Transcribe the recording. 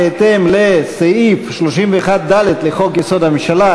בהתאם לסעיף 31(ד) לחוק-יסוד: הממשלה,